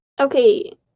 Okay